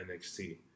NXT